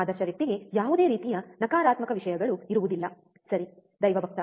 ಆದರ್ಶ ವ್ಯಕ್ತಿಗೆ ಯಾವುದೇ ರೀತಿಯ ನಕಾರಾತ್ಮಕ ವಿಷಯಗಳು ಇರುವುದಿಲ್ಲ ಸರಿ ದೈವಭಕ್ತ